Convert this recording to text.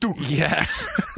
Yes